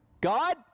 God